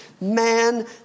man